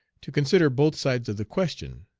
to consider both sides of the question,